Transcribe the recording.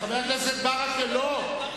חבר הכנסת ברכה, לא.